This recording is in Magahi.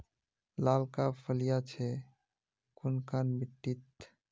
लालका फलिया छै कुनखान मिट्टी त?